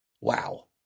wow